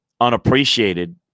unappreciated